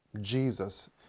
Jesus